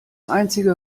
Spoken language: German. einzige